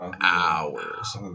Hours